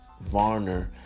Varner